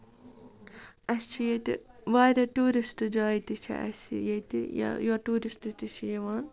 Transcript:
اَسہِ چھِ ییٚتہِ واریاہ ٹوٗرِسٹ جایہِ تہِ چھِ اَسہِ ییٚتہِ یا یور ٹوٗرِسٹ تہِ چھِ یِوان